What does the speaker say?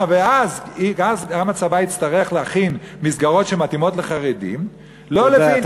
ואז גם הצבא יצטרך להכין מסגרות שמתאימות לחרדים לא לפי אינטרסים,